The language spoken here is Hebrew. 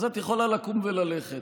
אז את יכולה לקום וללכת.